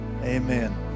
Amen